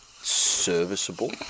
serviceable